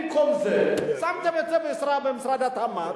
במקום זה שמתם את זה במשרד התמ"ת.